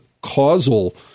causal—